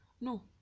No